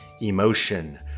emotion